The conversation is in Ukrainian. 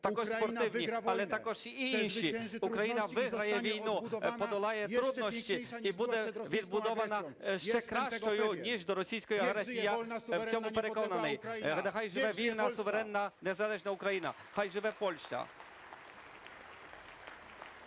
Україна виграє війну, подолає труднощі і буде відбудована ще кращою, ніж до російської агресії. Я в цьому переконаний! Хай живе вільна, суверенна, незалежна Україна! Хай живе Польща!